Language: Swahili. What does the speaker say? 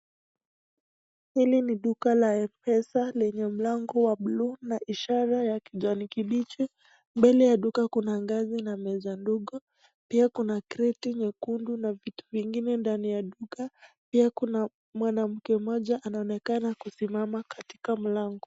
Hili ni duka la M-Pesa lenye mlango wa buluu na ishara ya kijani kibichi. Mbele ya duka kuna ngazi na meza ndogo pia kuna kreti nyekundu na vitu vingine ndani ya duka. Pia kuna mwanamke mmoja anaonekana kusimama katika mlango.